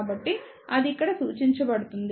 కాబట్టి అది ఇక్కడ సూచించబడుతుంది